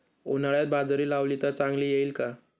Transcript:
उन्हाळ्यात बाजरी लावली तर चांगली येईल का?